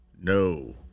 no